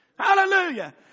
Hallelujah